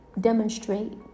demonstrate